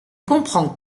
comprend